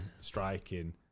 striking